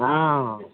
हँ